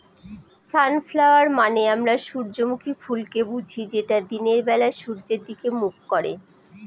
sunflower মানে আমরা সূর্যমুখী ফুলকে বুঝি যেটা দিনের বেলা সূর্যের দিকে মুখ করে